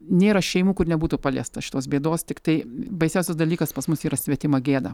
nėra šeimų kur nebūtų paliesta šitos bėdos tiktai baisiausias dalykas pas mus yra svetima gėda